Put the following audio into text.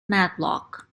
matlock